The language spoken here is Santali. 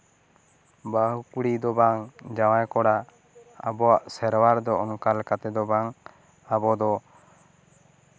ᱵᱟᱹᱦᱩ ᱠᱩᱲᱤ ᱫᱚ ᱵᱟᱝ ᱡᱟᱶᱟᱭ ᱠᱚᱲᱟ ᱟᱵᱚᱣᱟᱜ ᱥᱮᱨᱣᱟ ᱨᱮᱫᱚ ᱚᱝᱠᱟ ᱞᱮᱠᱟᱛᱮᱫᱚ ᱵᱟᱝ ᱟᱵᱚ ᱫᱚ